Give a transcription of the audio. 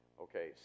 Okay